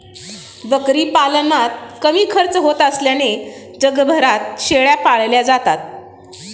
बकरी पालनात कमी खर्च होत असल्याने जगभरात शेळ्या पाळल्या जातात